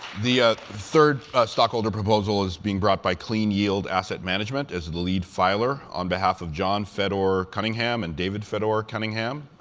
the third stockholder proposal is being brought by clean yield asset management as the lead filer on behalf of john fedor-cunningham and david fedor-cunningham.